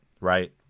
right